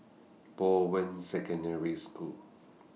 Bowen Secondary School